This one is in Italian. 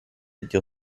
dio